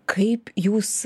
kaip jūs